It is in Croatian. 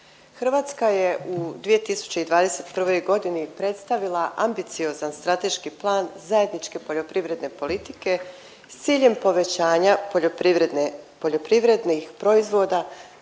Hrvatska je u 2021. godini predstavila ambiciozan strateški plan zajedničke poljoprivredne politike s ciljem povećanja poljoprivredne,